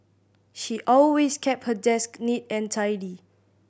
she always keep her desk neat and tidy